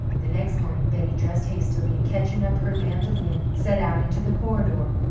the next morning betty dressed hastily, and catching up her mandolin, set out into the corridor.